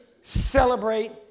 celebrate